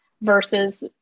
versus